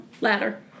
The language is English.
ladder